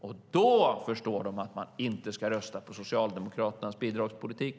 Och då förstår de att man inte ska rösta på Socialdemokraternas bidragspolitik.